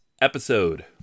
episode